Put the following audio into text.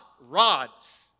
rods